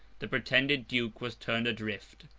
the pretended duke was turned adrift,